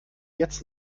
jetzt